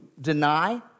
deny